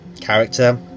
character